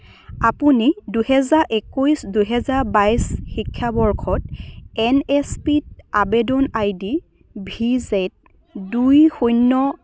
আপুনি দুহেজাৰ একৈছ দুহেজাৰ বাইছ শিক্ষাবৰ্ষত এন এছ পি ত আৱেদন আইডি ভি যেদ দুই শূন্য